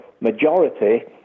majority